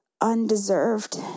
undeserved